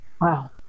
Wow